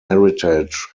heritage